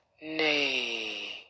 nay